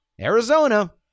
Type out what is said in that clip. Arizona